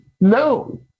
No